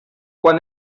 quan